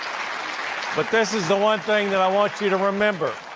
but this is the one thing that i want you to remember,